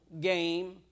game